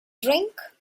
drink